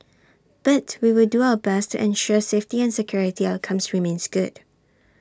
but we will do our best to ensure safety and security outcomes remains good